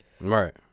Right